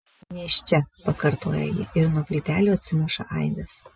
nėščia pakartoja ji ir nuo plytelių atsimuša aidas